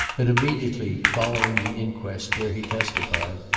had immediately following the inquest, where he testified,